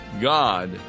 God